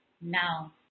now